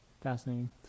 Fascinating